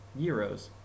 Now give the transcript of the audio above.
euros